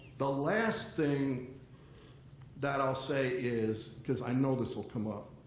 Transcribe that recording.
the last thing that i'll say is, because i know this will come up,